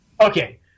Okay